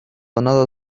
another